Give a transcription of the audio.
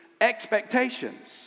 expectations